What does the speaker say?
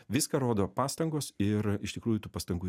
viską rodo pastangos ir iš tikrųjų tų pastangų